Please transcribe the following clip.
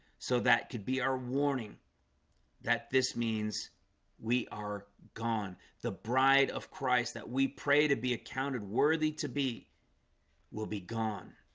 so that could be our warning that this means we are gone the bride of christ that we pray to be accounted worthy to be will be gone